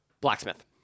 blacksmith